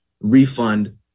refund